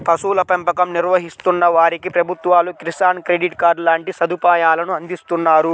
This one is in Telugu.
పశువుల పెంపకం నిర్వహిస్తున్న వారికి ప్రభుత్వాలు కిసాన్ క్రెడిట్ కార్డు లాంటి సదుపాయాలను అందిస్తున్నారు